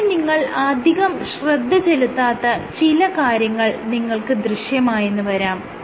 ഇവിടെ നിങ്ങൾ അധികം ശ്രദ്ധ ചെലുത്താത്ത ചില കാര്യങ്ങൾ നിങ്ങൾക്ക് ദൃശ്യമായെന്ന് വരാം